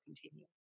continue